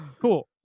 cool